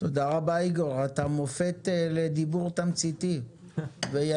תודה רבה, איגור, אתה מופת לדיבור תמציתי ויעילות,